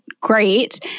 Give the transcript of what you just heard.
great